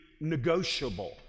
negotiable